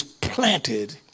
planted